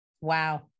Wow